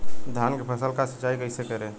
धान के फसल का सिंचाई कैसे करे?